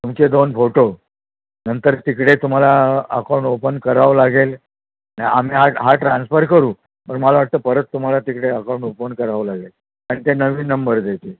तुमचे दोन फोटो नंतर तिकडे तुम्हाला अकाऊंट ओपन करावं लागेल आम्ही आ हा ट्रान्सफर करू पण मला वाटतं परत तुम्हाला तिकडे अकाऊंट ओपन करावं लागेल आणि ते नवीन नंबर देतील